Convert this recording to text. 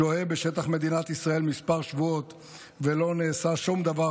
שוהה בשטח מדינת ישראל כמה שבועות ולא נעשה שום דבר,